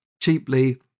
cheaply